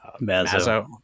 Mazo